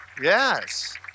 Yes